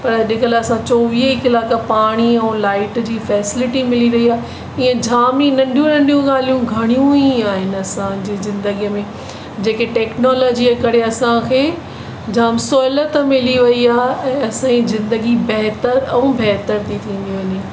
पर अॾुकल्ह असां चोवीह ई कलाक पाणी ऐं लाइट जी फैसिलिटी मिली रही आहे इहे जाम ई नंढियूं नंढियूं ॻाल्हियूं घणियूं ई आहिनि असां जे जिंदगी में जेके टैक्नोलॉजीअ करे असांखे जाम सहुलियत मिली वइ आहे ऐं असांजी ज़िंदगी बहितरु ऐं बहितरु थी थींदी वञे